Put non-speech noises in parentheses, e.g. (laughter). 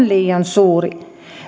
(unintelligible) liian suuri